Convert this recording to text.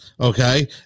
Okay